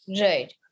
right